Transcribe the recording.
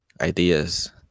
ideas